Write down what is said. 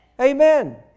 Amen